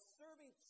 serving